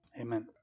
Amen